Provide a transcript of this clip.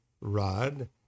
rod